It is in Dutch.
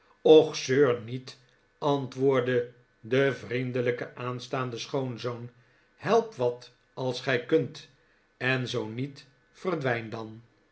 och zeur niet antwoordde de vriendelijke aanstaande schoonzoon help wat als gij kunt en zoo niet verdwijn dan